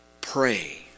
Pray